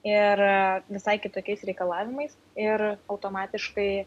ir visai kitokiais reikalavimais ir automatiškai